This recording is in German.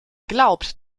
glaubt